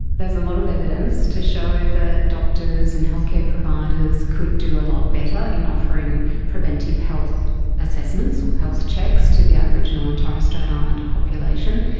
there's a lot of evidence to show that doctors and healthcare providers could do a lot better in offering preventive health assessments or health checks to the aboriginal and torres strait islander population.